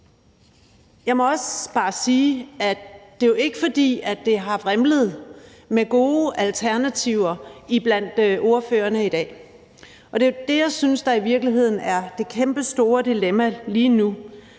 jeg må også bare sige, at det jo ikke er, fordi det har vrimlet med gode alternativer blandt ordførerne i dag. Og det, jeg i virkeligheden synes er det kæmpestore dilemma lige nu,